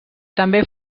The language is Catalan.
també